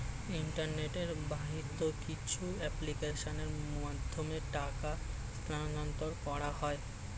internet বাহিত কিছু অ্যাপ্লিকেশনের মাধ্যমে টাকা স্থানান্তর করা হয়